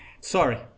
sorry